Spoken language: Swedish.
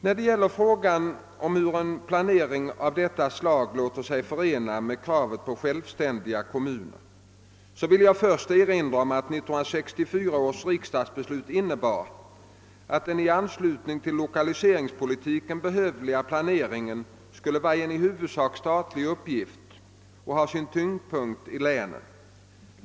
När det gäller frågan om hur en planering av detta slag låter sig förena med kravet på självständiga kommuner vill jag först erinra om att 1964 års riksdagsbeslut innebar, att den i anslut ning till lokaliseringspolitiken behövliga planeringen skulle vara en i huvudsak statlig uppgift och ha sin tyngdpunkt i länen.